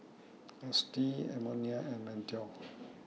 Austyn Edmonia and Mateo